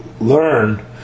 learn